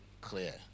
clear